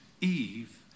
Eve